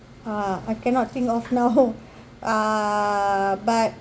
uh I cannot think of now uh but